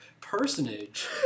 personage